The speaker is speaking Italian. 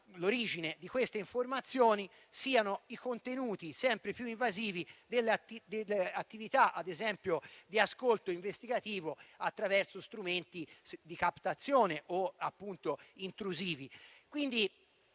l'origine di queste informazioni siano i contenuti sempre più invasivi delle attività di ascolto investigativo, attraverso strumenti di captazione o intrusivi.